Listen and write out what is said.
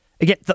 Again